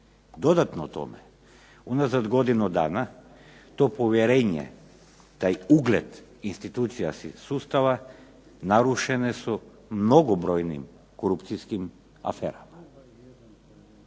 Dodatno o tome, unazad godinu dana to povjerenje, taj ugled institucija sin sustava narušene su mnogobrojnim korupcijskim aferama.